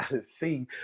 see